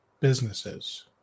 businesses